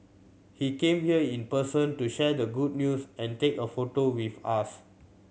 he came here in person to share the good news and take a photo with us